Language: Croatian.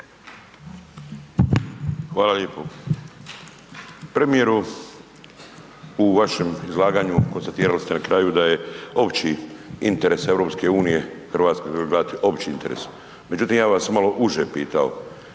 Hvala lijepo. Premijeru u vašem izlaganju konstatirali ste na kraju da je opći interes EU Hrvatske … opći interes, međutim ja bih vas malo uže pitao.